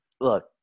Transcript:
look